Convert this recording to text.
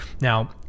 Now